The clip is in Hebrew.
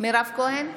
מירב כהן,